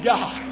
God